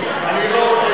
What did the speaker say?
אני מציע